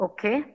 Okay